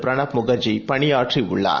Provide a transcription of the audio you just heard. பிரணாப்முகர்ஜிபணி யாற்றிய்ளளார்